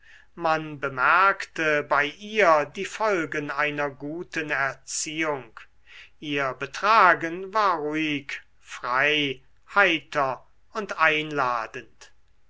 man bemerkte bei ihr die folgen einer guten erziehung ihr betragen war ruhig frei heiter und einladend